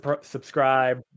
subscribe